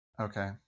Okay